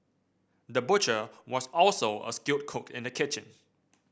the butcher was also a skilled cook in the kitchen